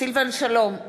סילבן שלום,